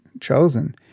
chosen